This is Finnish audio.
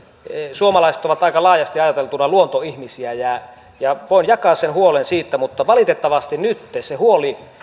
suomalaiset ovat aika laajasti ajateltuna luontoihmisiä ja voin jakaa sen huolen siitä mutta valitettavasti nyt se huoli